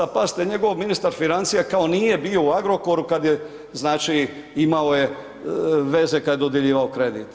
Pazite njegov ministar financija kao nije bio u Agrokoru kad je, znači imao je veze kad je dodjeljivao kredit.